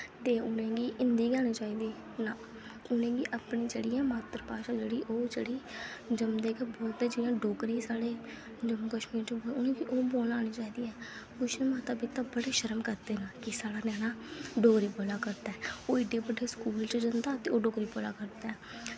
ते उ'नें गी हिन्दी गै आनी चाहिदी ना उ'नें गी अपनी जेह्ड़ी ऐ मात्तर भाशा जेह्ड़ी ओह् जेह्ड़ी जमदे गै बोलदे जि'यां डोगरी साढ़े जम्मू कश्मीर च उ'नें गी बोलना आनी चाहिदी ऐ कुछ माता पिता बड़ी शर्म करदे न कि साढ़ा ञ्याना डोगरी बोल्ला करदा ऐ ओह् एड्डे बड्डे स्कूल च जंदा ते ओह् डोगरी पढ़दा